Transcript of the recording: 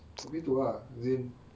tapi tu ah since